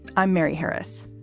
i'm mary harris.